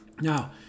now